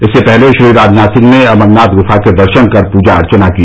इससे पहले श्री राजनाथ सिंह ने अमरनाथ गुफा के दर्शन कर पूजा अर्चना की